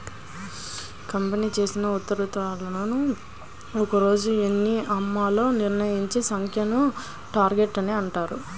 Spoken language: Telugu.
కంపెనీ చేసిన ఉత్పత్తులను ఒక్క రోజులో ఎన్ని అమ్మాలో నిర్ణయించిన సంఖ్యను టార్గెట్ అని అంటారు